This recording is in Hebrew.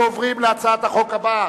אנחנו עוברים להצעת החוק הבאה,